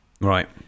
Right